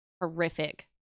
horrific